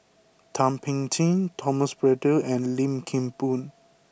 Thum Ping Tjin Thomas Braddell and Lim Kim Boon